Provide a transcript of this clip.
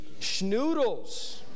schnoodles